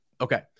Okay